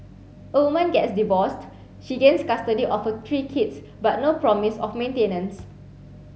a woman gets divorced she gains custody of her three kids but no promise of maintenance